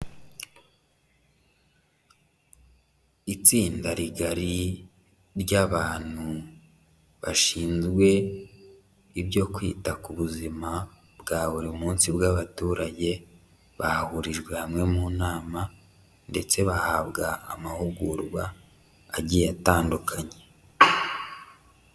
Itsinda rigari ry'abantu bashinzwe ibyo kwita ku buzima bwa buri munsi bw'abaturage bahurijwe hamwe mu nama ndetse bahabwa amahugurwa agiye atandukanye.